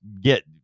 get